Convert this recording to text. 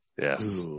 Yes